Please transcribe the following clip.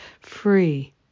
free